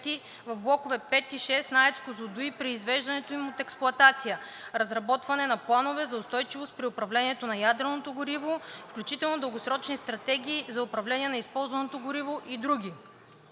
в блокове 5 и 6 на АЕЦ „Козлодуй“ при изваждането им от експлоатация; - разработване на планове за устойчивост при управлението на ядреното гориво, включително дългосрочни стратегии за управление на използваното гориво и други.